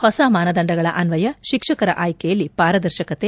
ಹೊಸ ಮಾನದಂಡಗಳ ಅನ್ವಯ ಶಿಕ್ಷಕರ ಆಯ್ಕೆಯಲ್ಲಿ ಪಾರದರ್ಶಕತೆ